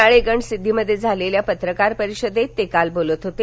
राळेगणसिद्वीमध्ये झालेल्या पत्रकार परिषदेत ते काल बोलत होते